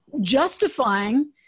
justifying